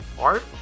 art